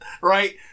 Right